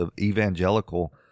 evangelical